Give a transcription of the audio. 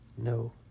No